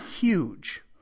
huge